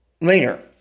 later